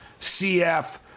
CF